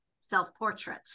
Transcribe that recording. self-portrait